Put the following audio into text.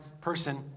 person